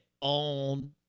on